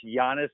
Giannis